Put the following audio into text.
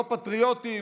"לא פטריוטים,